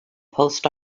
post